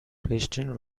christian